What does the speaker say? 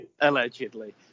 Allegedly